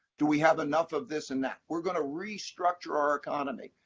do we have enough of this and that? we're going to restructure our economy.